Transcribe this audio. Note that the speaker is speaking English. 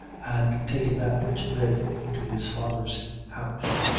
and taken that which led to his father's house.